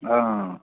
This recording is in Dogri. हां